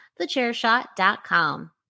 thechairshot.com